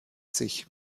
sich